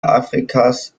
afrikas